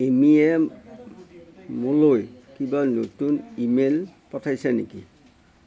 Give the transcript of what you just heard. এমীয়ে মোলৈ কিবা নতুন ই মেইল পঠাইছে নেকি